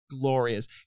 glorious